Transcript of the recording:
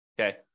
Okay